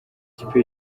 ikipe